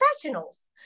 professionals